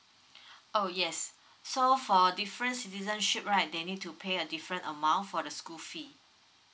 oh yes so for different citizenship right they need to pay a different amount for the school fee